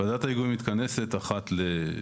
ועדת ההיגוי מתכנסת אחת לחודשיים-שלושה.